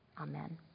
Amen